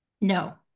No